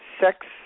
sex